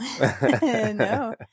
No